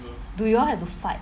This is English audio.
do you all have to fight